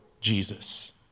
Jesus